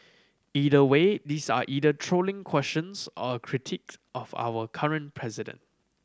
either way these are either trolling questions or a critiques of our current president